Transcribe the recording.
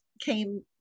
came